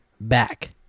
back